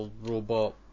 robot